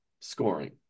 scoring